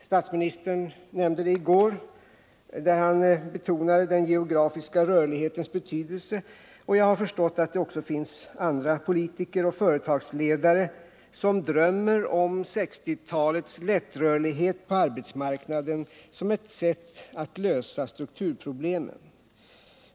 Statsministern betonade i går den geografiska rörlighetens betydelse, och jag har förstått att det finns både politiker och företagsledare som drömmer om 1960-talets lättrörlighet på arbetsmarknaden som ett sätt att lösa strukturproblemen.